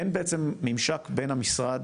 אין בעצם ממשק בין המשרד